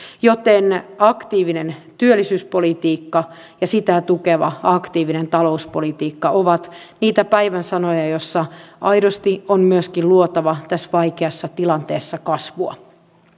joten aktiivinen työllisyyspolitiikka ja sitä tukeva aktiivinen talouspolitiikka ovat niitä päivän sanoja joilla aidosti on myöskin luotava tässä vaikeassa tilanteessa kasvua